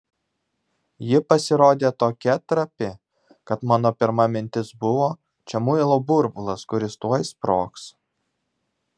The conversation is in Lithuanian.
ji pasirodė tokia trapi kad mano pirma mintis buvo čia muilo burbulas kuris tuoj sprogs